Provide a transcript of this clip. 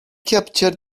capture